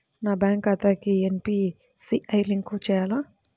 నా బ్యాంక్ ఖాతాకి NPCI link చేయాలా?